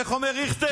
איך אומר ריכטר?